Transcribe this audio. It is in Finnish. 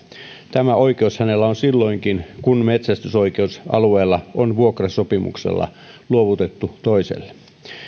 tämä oikeus hänellä on silloinkin kun metsästysoikeus alueella on vuokrasopimuksella luovutettu toiselle